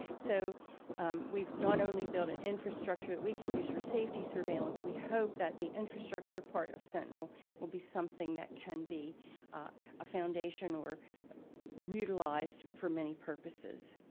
so we've not only built an infrastructure that we can use for safety surveillance we hope that the infrastructure part of sentinel will be something that can be a foundation or utilized for many purposes.